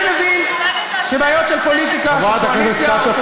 אני מבין שבעיות של פוליטיקה, תודה לך,